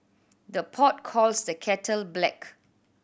the pot calls the kettle black